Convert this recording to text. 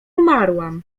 umarłam